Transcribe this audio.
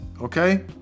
okay